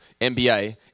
NBA